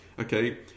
Okay